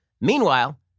Meanwhile